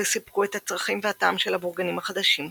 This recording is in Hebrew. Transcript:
וסיפקו את הצרכים והטעם של הבורגנים החדשים.